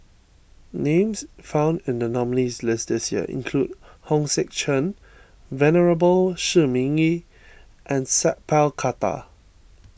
names found in the nominees' list this year include Hong Sek Chern Venerable Shi Ming Yi and Sat Pal Khattar